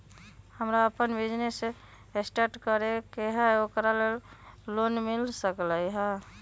हमरा अपन business start करे के है ओकरा लेल लोन मिल सकलक ह?